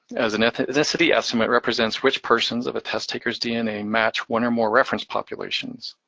as an ethnicity estimate represents which portions of a test taker's dna match one or more reference populations.